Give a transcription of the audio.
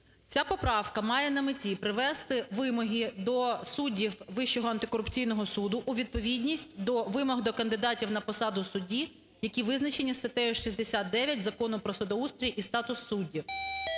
Ця поправка має на меті привести вимоги до суддів Вищого антикорупційного суду у відповідність до вимог до кандидатів на посаду судді, які визначені статтею 69 Закону про судоустрій і статус суддів.